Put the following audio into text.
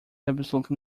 absolutely